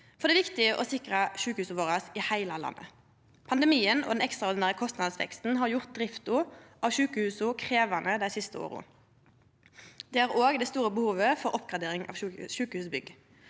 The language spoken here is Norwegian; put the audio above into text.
det. Det er viktig å sikra sjukehusa våre i heile landet. Pandemien og den ekstraordinære kostnadsveksten har gjort drifta av sjukehusa krevjande dei siste åra. Det har òg det store behovet for oppgradering av sjukehusbygg.